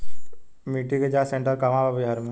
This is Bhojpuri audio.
मिटी के जाच सेन्टर कहवा बा बिहार में?